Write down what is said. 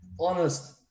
honest